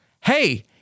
hey